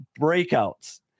breakouts